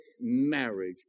marriage